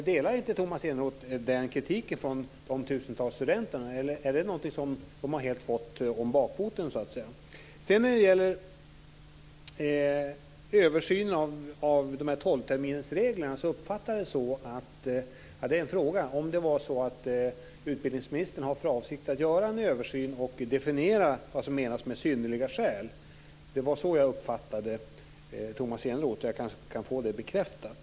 Delar inte Tomas Eneroth den kritiken från de tusentals studenterna? Är det någonting som de har fått helt om bakfoten? Sedan var det översynen av tolvterminersreglerna. Har utbildningsministern för avsikt att göra en översyn och definiera vad som menas med synnerliga skäl? Det var så jag uppfattade Tomas Eneroth. Jag kanske kan få det bekräftat?